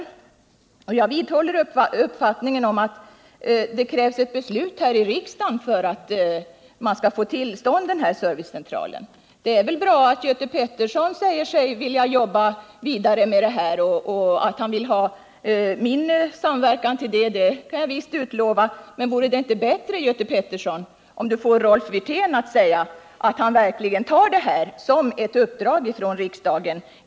Jag vidhåller den uppfattningen att det krävs ett beslut här i riksdagen för att servicecentralen skall komma till stånd. Det är väl bra att Göte Pettersson säger sig vilja jobba vidare med detta och att han vill ha min samverkan. Den kan jag visst utlova, men vore det inte bättre om Göte Pettersson fick Rolf Wirtén att lova att han verkligen tar detta som ett uppdrag från riksdagen?